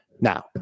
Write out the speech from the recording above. Now